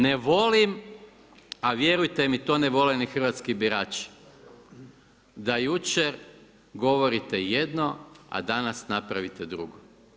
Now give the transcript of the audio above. Ne volim a vjerujte mi to ne vole ni hrvatski birači da jučer govorite jedno, a danas napravite drugo.